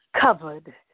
Covered